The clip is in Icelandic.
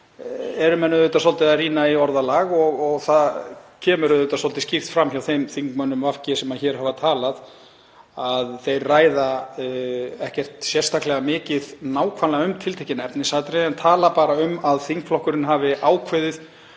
eru menn auðvitað svolítið að rýna í orðalag. Það kemur svolítið skýrt fram hjá þeim þingmönnum VG sem hér hafa talað að þeir ræða ekkert sérstaklega mikið eða nákvæmlega um tiltekin efnisatriði en tala bara um að þingflokkurinn hafi ákveðið